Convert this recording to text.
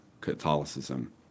Catholicism